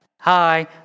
Hi